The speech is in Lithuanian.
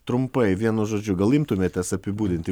trumpai vienu žodžiu gal imtumėtės apibūdinti